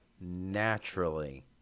naturally